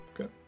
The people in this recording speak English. Okay